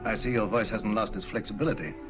i see your voice hasn't lost its flexibility